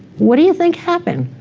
what do you think happened?